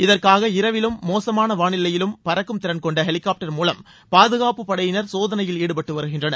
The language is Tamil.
இதற்காக இரவிலும் மோசமான வானிலையிலும் பறக்கும் திறன்கொண்ட ஹெலிகாப்டர் மூலம் பாதுகாப்புப் படையினர் சோதனையில் ஈடுபட்டு வருகின்றனர்